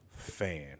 Fan